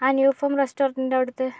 ആ new form റെസ്റ്റോറന്റിൻ്റെ അടുത്ത്